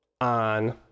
on